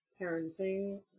parenting